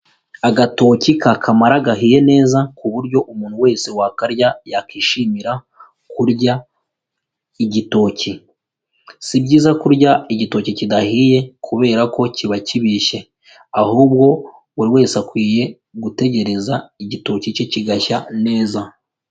Agatoki ka kamara gahiye neza ku buryo umuntu wese wakarya yakwishimira kurya igitoki. Si byiza kurya igitoki kidahiye kubera ko kiba kibishye, ahubwo buri wese akwiye gutegereza igitoki cye kigashya neza.